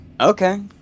okay